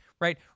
right